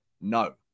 No